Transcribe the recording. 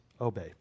obey